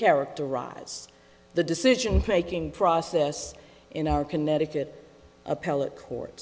characterize the decision making process in our connecticut appellate court